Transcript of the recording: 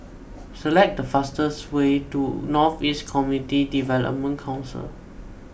select the fastest way to North East Community Development Council